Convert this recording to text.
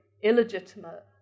illegitimate